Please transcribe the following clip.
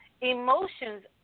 emotions